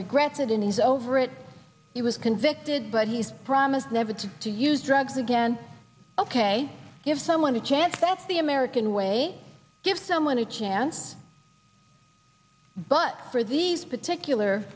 regrets it and he's over it he was convicted but he's promised never to use drugs again ok give someone a chance that's the american way give someone a chance but for these particular